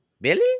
Billy